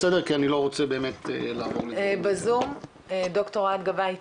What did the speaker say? כי אני לא רוצה לעבור ל -- בזום ד"ר אוהד גבאי איתנו,